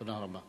תודה רבה.